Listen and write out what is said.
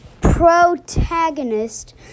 protagonist